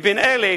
מבין אלה,